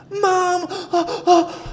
Mom